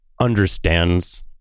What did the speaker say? understands